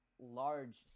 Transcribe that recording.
large